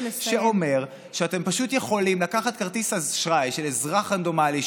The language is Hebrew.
שאומר שאתם פשוט יכולים לקחת כרטיס אשראי של אזרח רנדומלי,